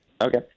okay